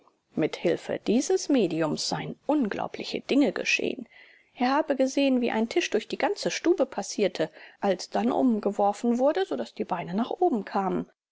mit hilfe dieses mediums seien unglaubliche dinge geschehen er habe gesehen wie ein tisch durch die ganze stube passierte alsdann umgeworfen wurde so daß die beine nach oben kamen